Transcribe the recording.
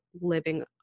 living